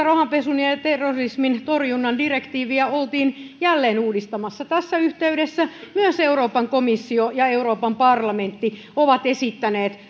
rahanpesun ja ja terrorismin torjunnan direktiiviä oltiin jälleen uudistamassa tässä yhteydessä myös euroopan komissio ja euroopan parlamentti ovat esittäneet